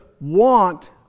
want